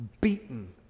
beaten